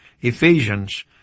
Ephesians